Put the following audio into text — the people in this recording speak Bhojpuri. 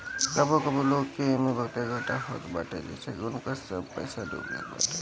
कबो कबो लोग के एमे बहुते घाटा होत बाटे जेसे उनकर सब पईसा डूब जात बाटे